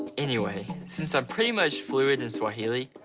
anyway, since i'm pretty much fluent in swahili,